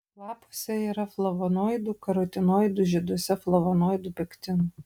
lapuose yra flavonoidų karotinoidų žieduose flavonoidų pektinų